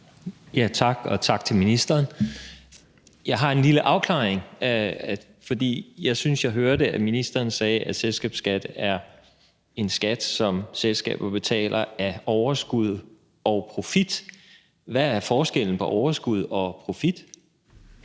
(V): Tak. Og tak til ministeren. Der er noget, jeg gerne vil have afklaret. Jeg synes, jeg hørte, at ministeren sagde, at selskabsskat er en skat, som selskaber betaler af overskud og profit. Hvad er forskellen på overskud og profit?